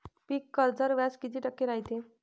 पीक कर्जावर व्याज किती टक्के रायते?